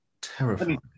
terrifying